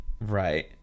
right